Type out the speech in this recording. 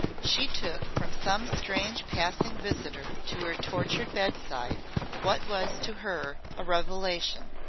she took from some strange passing visitor to her tortured bedside what was to her a revelation.